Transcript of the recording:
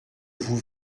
vous